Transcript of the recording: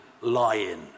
lie-in